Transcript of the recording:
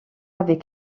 avec